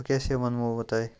ونۍ کیٛاہ سا وَنوو بہٕ تۄہہِ